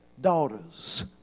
daughters